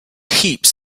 heaps